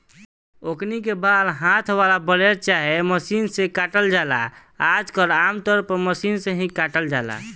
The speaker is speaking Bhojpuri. ओकनी के बाल हाथ वाला ब्लेड चाहे मशीन से काटल जाला आजकल आमतौर पर मशीन से ही काटल जाता